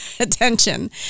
attention